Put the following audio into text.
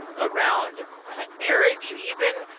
around marriage even,